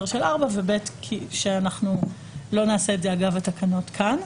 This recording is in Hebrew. של 4 ואנחנו לא נעשה את זה אגב התקנות כאן.